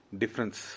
difference